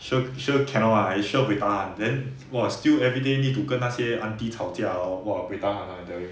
sure sure cannot [one] I sure buay tahan then !wah! still everyday need to 跟那些 auntie 吵架我 !wah! buay tahan I tell you